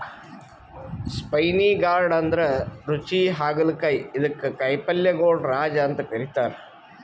spiny gourd ಅಂದ್ರ ರುಚಿ ಹಾಗಲಕಾಯಿ ಇದಕ್ಕ್ ಕಾಯಿಪಲ್ಯಗೊಳ್ ರಾಜ ಅಂತ್ ಕರಿತಾರ್